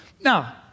Now